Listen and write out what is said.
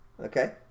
Okay